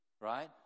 right